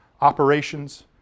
operations